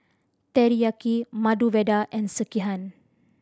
Teriyaki Medu Vada and Sekihan